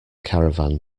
caravan